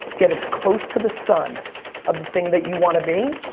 get as close to the sun of the thing that you wanna be,